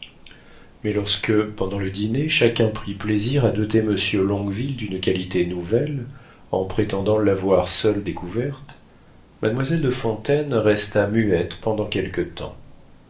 mais lorsque pendant le dîner chacun prit plaisir à doter monsieur longueville d'une qualité nouvelle en prétendant l'avoir seul découverte mademoiselle de fontaine resta muette pendant quelque temps